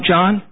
John